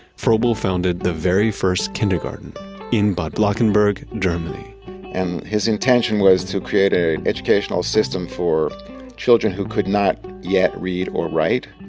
froebel founded the very first kindergarten in bad blankenburg, germany and his intention was to create ah an educational system for children who could not yet read or write,